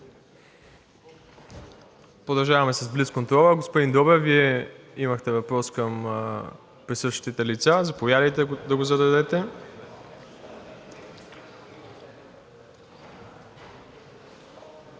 Продължаваме с блицконтрола. Господин Добрев, Вие имахте въпрос към присъстващите лица. Заповядайте да го зададете.